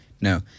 No